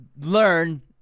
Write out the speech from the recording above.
learn